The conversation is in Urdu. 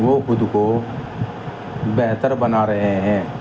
وہ خود کو بہتر بنا رہے ہیں